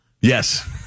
Yes